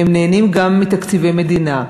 הם נהנים גם מתקציבי מדינה.